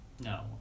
No